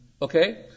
Okay